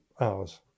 hours